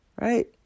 right